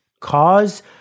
cause